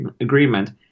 agreement